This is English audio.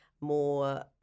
more